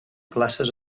classes